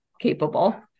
capable